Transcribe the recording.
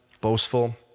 boastful